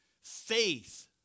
faith